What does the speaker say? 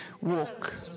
walk